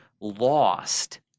lost